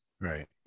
Right